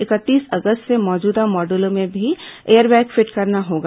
इकतीस अगस्त से मौजूदा मॉडलों में भी एयरबैग फिट करना होगा